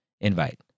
invite